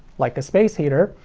like a space heater,